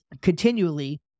continually